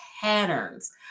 patterns